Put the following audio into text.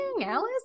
Alice